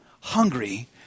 hungry